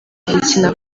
gukina